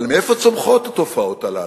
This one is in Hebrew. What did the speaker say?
אבל מאיפה צומחות התופעות הללו?